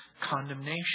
condemnation